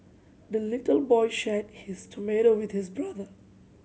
the little boy shared his tomato with his brother